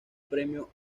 premio